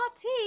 tea